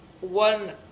one